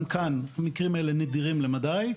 גם כאן המקרים האלה נדירים למדיי.